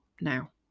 now